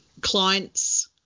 clients